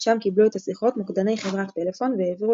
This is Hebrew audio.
שם קיבלו את השיחות מוקדני חברת פלאפון והעבירו